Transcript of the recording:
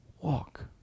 Walk